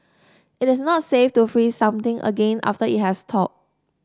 it is not safe to freeze something again after it has thawed